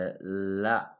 la